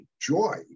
joy